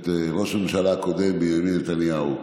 את ראש הממשלה הקודם, בנימין נתניהו,